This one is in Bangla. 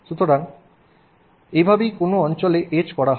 সুতরাং এভাবেই কোন অঞ্চলে এচ করা হয়